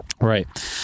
right